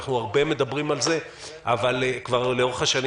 אנחנו מדברים על זה הרבה לאורך השנים